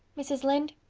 mrs. lynde,